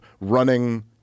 running